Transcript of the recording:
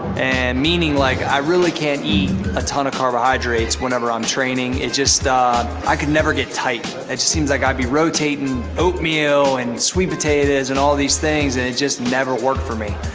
meaning, like, i really can't eat a ton of carbohydrates whenever i'm training. it just i could never get tight. it just seems like i'd be rotating oatmeal and sweet potatoes and all these things and it just never worked for me.